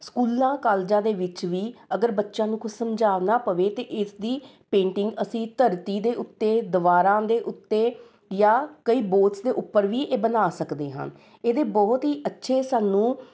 ਸਕੂਲਾਂ ਕਾਲਜਾਂ ਦੇ ਵਿੱਚ ਵੀ ਅਗਰ ਬੱਚਿਆ ਨੂੰ ਕੁਛ ਸਮਝਾਉਣਾ ਪਵੇ ਅਤੇ ਇਸਦੀ ਪੇਂਟਿੰਗ ਅਸੀਂ ਧਰਤੀ ਦੇ ਉੱਤੇ ਦੀਵਾਰਾਂ ਦੇ ਉੱਤੇ ਜਾਂ ਕਈ ਬੋਡਸ ਦੇ ਉੱਪਰ ਵੀ ਇਹ ਬਣਾ ਸਕਦੇ ਹਾਂ ਇਹਦੇ ਬਹੁਤ ਹੀ ਅੱਛੇ ਸਾਨੂੰ